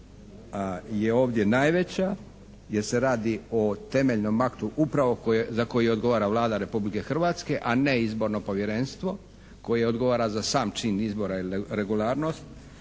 je ovdje najveća jer se radi o temeljnom aktu upravo za koji odgovara Vlada Republike Hrvatske a ne izborno povjerenstvo koje odgovara za sam čin izbora i regularnost.